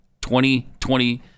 2020